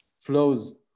flows